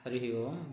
हरिः ओम्